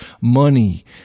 money